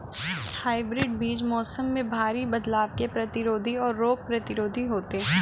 hybrid बीज मौसम में भारी बदलाव के प्रतिरोधी और रोग प्रतिरोधी होते हैं